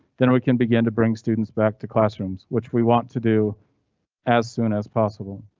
then we can begin to bring students back to classrooms which we want to do as soon as possible.